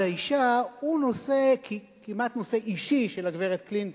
האשה הוא כמעט נושא אישי של הגברת קלינטון,